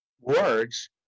words